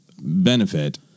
benefit